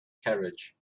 carriage